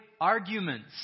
arguments